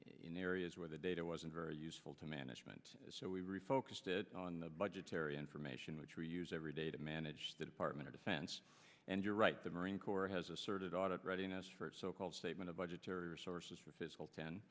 in areas where the data wasn't very useful to management so we refocused it on the budgetary information which we use every day to manage the department of defense and you're right the marine corps has asserted audit readiness for so called statement of budgetary resources for fiscal ten